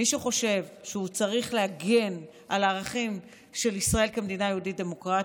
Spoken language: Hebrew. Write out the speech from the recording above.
מי שחושב שהוא צריך להגן על הערכים של ישראל כמדינה יהודית דמוקרטית,